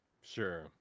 sure